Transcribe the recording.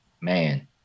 Man